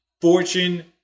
fortune